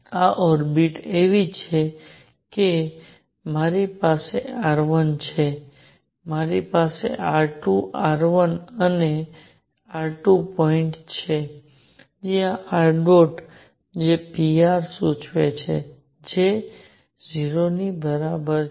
આ ઓર્બિટ એવી છે કે મારી પાસે r1 છે મારી પાસે r2 r1 અને r2 પોઇન્ટ છે જ્યાં ṙ જે pr સૂચવે છે જે 0 બરાબર છે